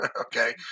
Okay